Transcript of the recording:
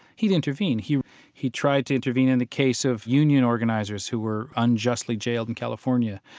he'd intervene. he he tried to intervene in the case of union organizers who were unjustly jailed in california.